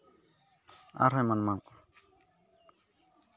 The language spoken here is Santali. ᱟᱨᱦᱚᱸ ᱮᱢᱟᱱ ᱮᱢᱟᱱ ᱠᱚ